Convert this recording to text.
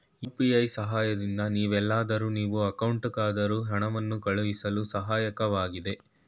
UPI ಸಹಾಯದಿಂದ ನೀವೆಲ್ಲಾದರೂ ನೀವು ಅಕೌಂಟ್ಗಾದರೂ ಹಣವನ್ನು ಕಳುಹಿಸಳು ಸಹಾಯಕವಾಗಿದೆ